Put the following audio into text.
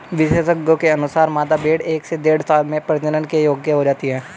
विशेषज्ञों के अनुसार, मादा भेंड़ एक से डेढ़ साल में प्रजनन के योग्य हो जाती है